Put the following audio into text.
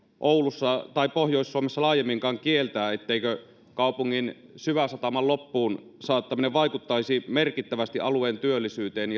oulussa tai pohjois suomessa laajemminkaan kieltää etteikö kaupungin syväsataman loppuunsaattaminen vaikuttaisi merkittävästi alueen työllisyyteen